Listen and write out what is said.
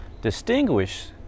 distinguish